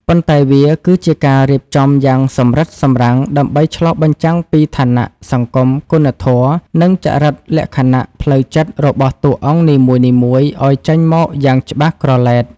ប៉ុន្តែវាគឺជាការរៀបចំយ៉ាងសម្រិតសម្រាំង ដើម្បីឆ្លុះបញ្ចាំងពីឋានៈ សង្គម គុណធម៌ និងចរិតលក្ខណៈផ្លូវចិត្តរបស់តួអង្គនីមួយៗឱ្យចេញមកយ៉ាងច្បាស់ក្រឡែត។